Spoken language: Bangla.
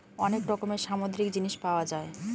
অনেক রকমের সামুদ্রিক জিনিস পাওয়া যায়